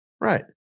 Right